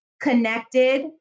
connected